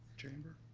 chamber?